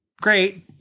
Great